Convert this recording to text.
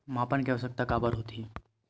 मापन के आवश्कता काबर होथे?